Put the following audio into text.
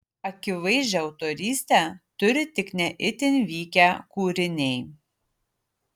akivaizdžią autorystę turi tik ne itin vykę kūriniai